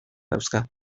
dauzka